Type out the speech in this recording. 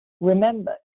Remember